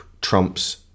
trumps